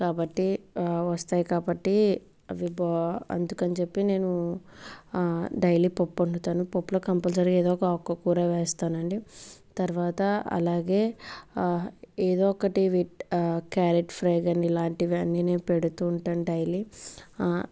కాబట్టి వస్తాయి కాబట్టి అవి అందుకని చెప్పి నేను డైలీ పప్పు వండుతాను పప్పులో కంపల్సరి ఏదో ఒక ఆకు కూర వేస్తానండి తర్వాత అలాగే ఏదో ఒకటి విట్ క్యారెట్ ఫ్రై కాని ఇలాంటివన్నీ నేను పెడుతూ ఉంటాను డైలీ